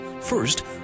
first